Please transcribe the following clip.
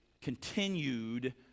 continued